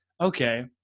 okay